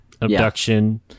abduction